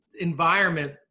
environment